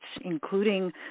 including